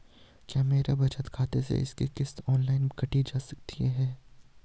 क्या मेरे बचत खाते से इसकी किश्त ऑनलाइन काटी जा सकती है?